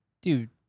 Dude